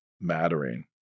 mattering